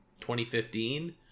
2015